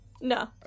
No